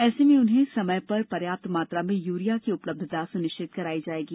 ऐसे में उन्हें समय पर पर्याप्त मात्रा में यूरिया की उपलब्धता सुनिश्चित कराई जाएगी